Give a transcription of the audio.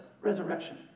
resurrection